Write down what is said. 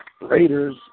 Raiders